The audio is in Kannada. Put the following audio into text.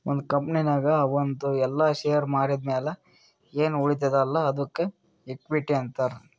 ಒಂದ್ ಕಂಪನಿನಾಗ್ ಅವಂದು ಎಲ್ಲಾ ಶೇರ್ ಮಾರಿದ್ ಮ್ಯಾಲ ಎನ್ ಉಳಿತ್ತುದ್ ಅಲ್ಲಾ ಅದ್ದುಕ ಇಕ್ವಿಟಿ ಅಂತಾರ್